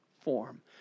form